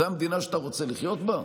זו המדינה שאתה רוצה לחיות בה?